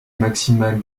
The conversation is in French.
maximal